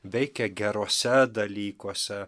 veikia geruose dalykuose